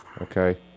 Okay